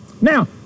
Now